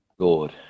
Lord